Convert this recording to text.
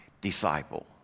disciple